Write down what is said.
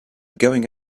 going